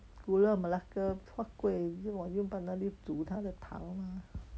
cooler melaka huat kueh then 我用 pandan leaf 煮它的汤吗